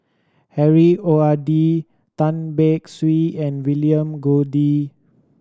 Harry O R D Tan Beng Swee and William Goode